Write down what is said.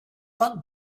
bug